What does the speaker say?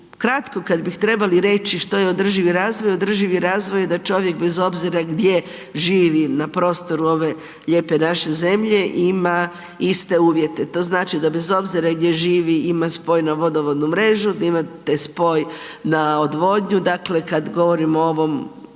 Ukratko kad bi trebali reći što je održivi razvoj, održivi razvoj je da čovjek bez obzira gdje živi na prostoru ove lijepe naše zemlje, ima iste uvjete. To znači da bez obzira gdje živi, ima spoj na vodovodnu mrežu, da imate spoj na odvodnju, dakle, kad govorimo o ovom,